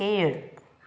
खेळ